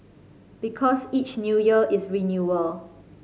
because each New Year is renewal